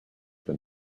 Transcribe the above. been